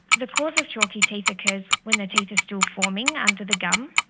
the cause of chalky teeth occurs when the teeth are still forming under the gum.